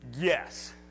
Yes